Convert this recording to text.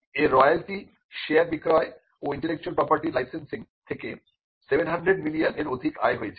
এর royalty share বিক্রয় ও ইন্টেলেকচুয়াল প্রপার্টির লাইসেন্সিং থেকে 700 মিলিয়ন এর অধিক আয় হয়েছে